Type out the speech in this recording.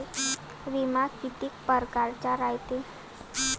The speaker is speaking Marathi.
बिमा कितीक परकारचा रायते?